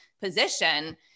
position